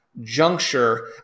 juncture